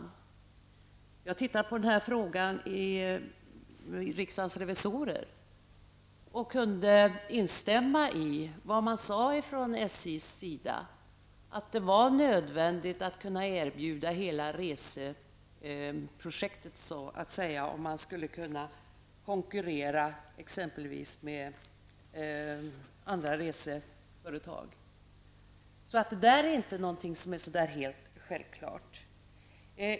Vi har tittat på den här frågan i riksdagens revisorer. Vi kunde instämma i vad man sade från SJs sida, att det var nödvändigt att kunna erbjuda hela reseprojektet, om man skulle kunna konkurrera med exempelvis andra reseföretag. Där finns inte någonting som är helt självklart.